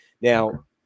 Now-